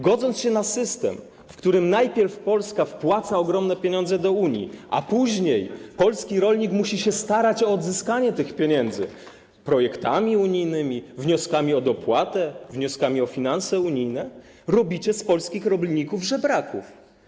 Godząc się na system, w którym najpierw Polska wpłaca ogromne pieniądze do Unii, a później polski rolnik musi się starać o odzyskanie tych pieniędzy w ramach projektów unijnych, wniosków o dopłatę, wniosków o finanse unijne - robicie z polskich rolników żebraków.